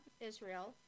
israel